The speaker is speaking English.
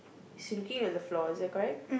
he's looking at the floor is that correct